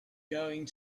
going